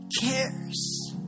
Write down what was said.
cares